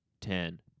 ten